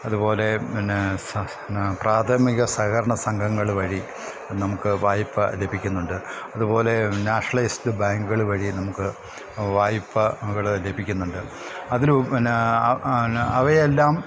അതുപോലെ പിന്നെ പ്രാഥമിക സഹകരണ സംഘങ്ങൾ വഴി നമുക്ക് വായ്പ ലഭിക്കുന്നുണ്ട് അതുപോലെ നാഷണലൈസ്ഡ് ബാങ്കുകൾ വഴി നമുക്ക് വായ്പകൾ ലഭിക്കുന്നുണ്ട് അതിനു പിന്നെ പിന്നെ അവ എല്ലാം